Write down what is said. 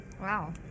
Wow